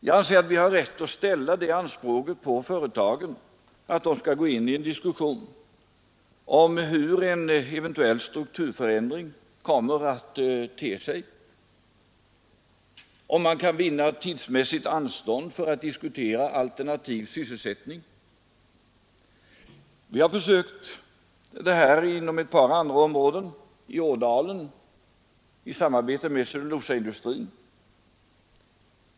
Jag anser att vi har rätt att ställa det kravet på företagen att de skall gå in i diskussion om hur en eventuell strukturförändring kommer att te sig och om man tidsmässigt kan vinna anstånd för att diskutera alternativ sysselsättning. Vi har prövat det på ett par andra områden, bl.a. i Ådalen i samarbete med cellulosaindustrin.